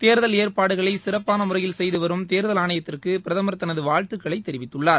தேர்தல் ஏற்பாடுகளை சிறப்பான முறையில் செய்துவரும் தேர்தல் ஆணையத்திற்கு பிரதமர் தனது வாழ்த்துகளை தெரிவித்துள்ளார்